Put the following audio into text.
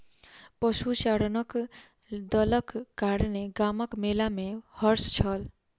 पशुचारणक दलक कारणेँ गामक मेला में हर्ष छल